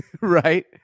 right